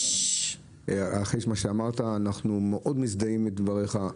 אנחנו מאוד מזדהים עם דבריך.